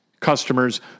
customers